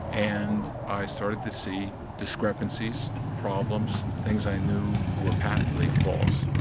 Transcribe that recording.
and i started to see discrepancies, problems, things i knew were patently false.